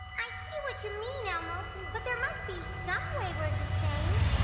i see what you mean, elmo. but there must be some way we're the same.